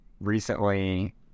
recently